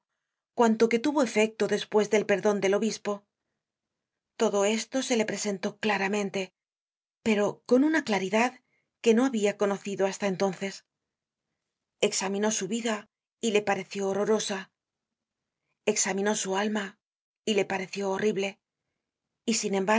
cuanto que tuvo efecto despues del perdon del obispo todo esto se le presentó claramente pero con una claridad que no habia conocido hasta entonces examinó su vida y le pareció horrorosa examinó su alma y le pareció horrible y siu embargo